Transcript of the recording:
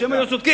כשהם היו צודקים.